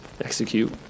execute